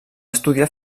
estudiar